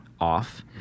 Off